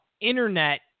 internet